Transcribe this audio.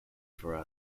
for